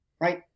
Right